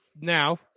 now